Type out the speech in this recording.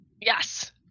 Yes